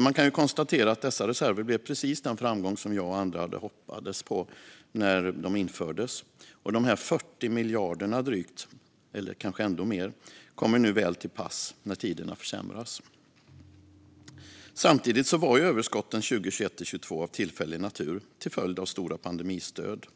Man kan alltså konstatera att dessa reserver blev precis den framgång som jag och andra hoppades när de infördes, och dessa dryga 40 miljarder i avsättningar - eller kanske ännu mer - kommer nu väl till pass när tiderna försämras. Samtidigt var överskotten 2021-2022 av tillfällig natur till följd av stora pandemistöd.